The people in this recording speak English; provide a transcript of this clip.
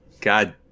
God